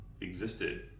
existed